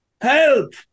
Help